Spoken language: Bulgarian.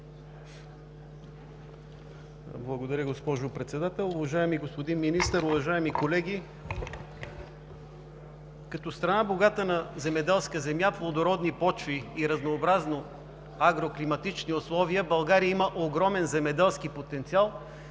Благодаря, госпожо Председател. Уважаеми господин Министър, уважаеми колеги! Като страна, богата на земеделска земя, плодородни почви и разнообразни агроклиматични условия, България има огромен земеделски потенциал,